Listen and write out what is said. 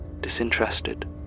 disinterested